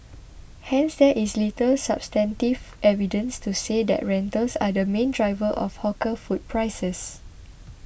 hence there is little substantive evidence to say that rentals are the main driver of hawker food prices